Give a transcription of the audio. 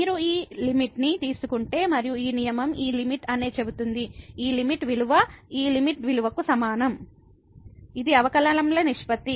మీరు ఈ లిమిట్ ని తీసుకుంటే మరియు ఈ నియమం ఈ లిమిట్ అని చెబితే ఈ లిమిట్ విలువ ఈ లిమిట్ విలువకు సమానం ఇది అవకలనం ల నిష్పత్తి